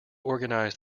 organise